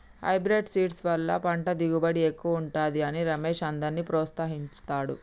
hybrid seeds వల్ల పంట దిగుబడి ఎక్కువుంటది అని రమేష్ అందర్నీ ప్రోత్సహిస్తాడు